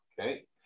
Okay